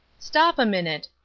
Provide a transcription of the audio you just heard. stop a minute,